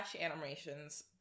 animations